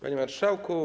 Panie Marszałku!